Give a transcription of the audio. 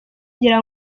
ngira